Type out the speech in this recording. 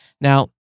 Now